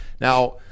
Now